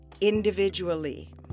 individually